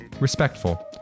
respectful